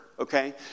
okay